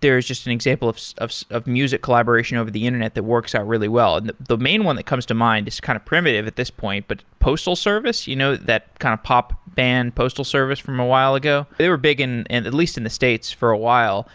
there is just an example of so of so music collaboration over the internet that works out really well. and the the main one that comes to mind is kind of primitive at this point, but postal service. you know that kind of pop band postal service from a while ago, they were big and at least in the states for a while,